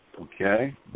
Okay